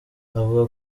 avuga